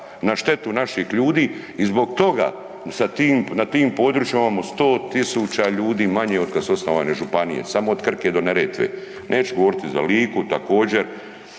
na štetu naših ljudi i zbog toga sa tim, na tim područjima imamo 100 tisuća ljudi otkad su osnovane županije, samo od Krke do Neretve. Neću govoriti za Liku, također,